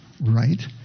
right